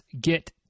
get